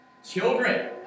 Children